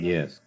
Yes